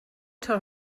tell